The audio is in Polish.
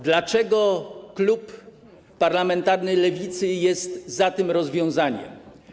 Dlaczego klub parlamentarny Lewicy jest za tym rozwiązaniem?